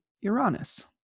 Uranus